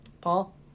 Paul